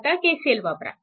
आता KCL वापरा